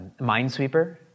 minesweeper